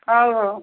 ହଉ ହଉ